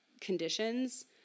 conditions